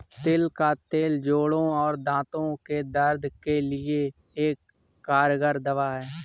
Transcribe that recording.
तिल का तेल जोड़ों और दांतो के दर्द के लिए एक कारगर दवा है